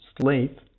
slave